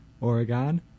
Oregon